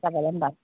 तपाईँलाई पनि ध